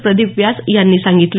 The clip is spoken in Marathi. प्रदीप व्यास यांनी सांगितलं